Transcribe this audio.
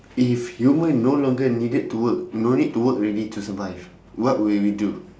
if human no longer needed to work no need to work already to survive what will you do